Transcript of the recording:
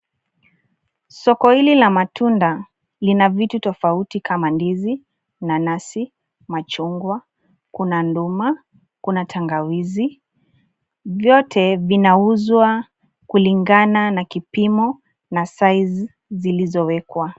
Soko hili la matunda lina vitu tofauti kama ndizi, nanasi, machungwa, kuna nduma, kuna tangawizi vyote vinauzwa kulingana na kipimo na size zilizowekwa.